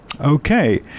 Okay